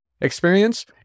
experience